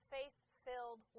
Faith-filled